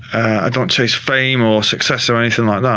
i don't chase fame or success or anything like that.